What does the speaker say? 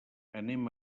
anem